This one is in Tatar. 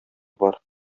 бар